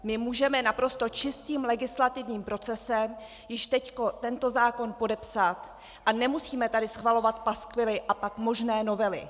My můžeme naprosto čistým legislativním procesem již teď tento zákon podepsat a nemusíme tady schvalovat paskvily a pak možné novely.